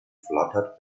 fluttered